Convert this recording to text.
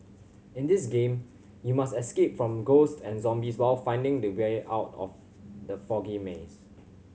in this game you must escape from ghost and zombies while finding the way out of the foggy maze